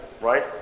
right